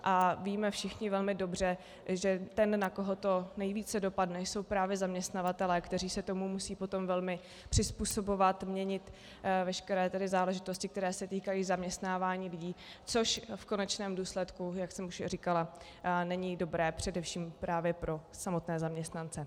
A víme všichni velmi dobře, že ten, na koho to nejvíce dopadne, jsou právě zaměstnavatelé, kteří se tomu potom musí velmi přizpůsobovat, měnit veškeré záležitosti, které se týkají zaměstnávání lidí, což v konečném důsledku není dobré především právě pro samotné zaměstnance.